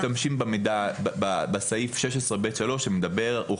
אני אספר מתי אנחנו משתמשים בסעיף 16(ב)(3) שאומר הוכח